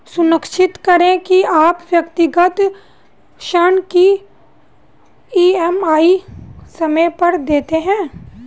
सुनिश्चित करें की आप व्यक्तिगत ऋण की ई.एम.आई समय पर देते हैं